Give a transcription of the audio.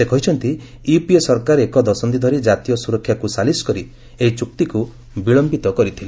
ସେ କହିଛନ୍ତି ୟୁପିଏ ସରକାର ଏକ ଦଶନ୍ଧି ଧରି ଜାତୀୟ ସୁରକ୍ଷାକୁ ସାଲିସ କରି ଏହି ଚୁକ୍ତିକୁ ବିଳୟିତ କରିଥିଲେ